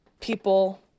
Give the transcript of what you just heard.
people